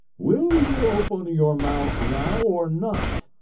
will you open your mouth now or not?